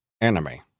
enemy